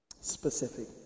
Specific